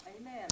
Amen